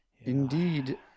Indeed